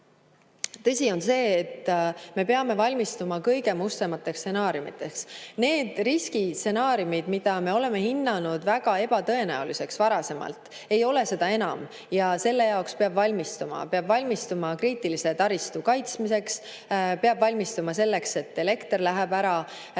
tõsi on see, et me peame valmistuma kõige mustemateks stsenaariumideks. Need riskistsenaariumid, mida me oleme varasemalt hinnanud väga ebatõenäoliseks, ei ole seda enam ja selle jaoks peab valmistuma. Peab valmistuma kriitilise taristu kaitsmiseks, peab valmistuma selleks, et elekter läheb ära, peab